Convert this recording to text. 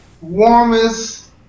warmest